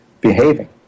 behaving